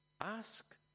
Ask